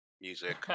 music